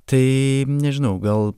tai nežinau gal